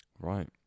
Right